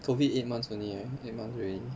COVID eight months already right eight months already